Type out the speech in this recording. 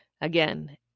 Again